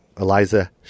Eliza